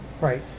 Right